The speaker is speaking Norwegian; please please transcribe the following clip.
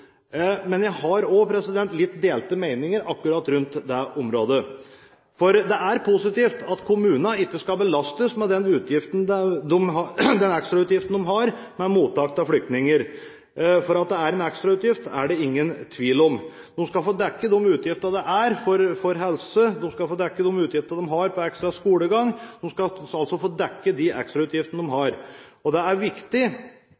Men jeg har også litt delte meninger akkurat rundt det området, for det er positivt at kommunene ikke skal belastes med den ekstrautgiften de har med mottak av flyktninger. At det er en ekstrautgift, er det ingen tvil om. De skal få dekket de utgiftene de har til helse, og de skal få dekket de utgiftene de har til ekstra skolegang. De skal altså få dekket de ekstrautgiftene de har. Det er viktig